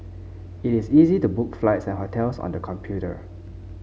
it is easy to book flights and hotels on the computer